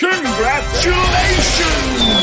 Congratulations